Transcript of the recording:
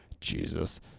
Jesus